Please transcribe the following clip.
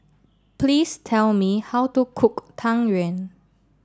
please tell me how to cook Tang yuan